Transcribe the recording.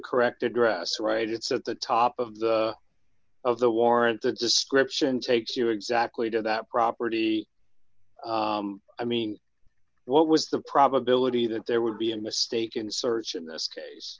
correct address right it's at the top of the of the warrant that description takes you exactly to that property i mean what was the probability that there would be a mistake in search in this case